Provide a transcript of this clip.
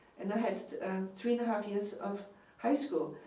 and i had three and a half years of high school.